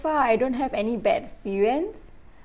far I don't have any bad experience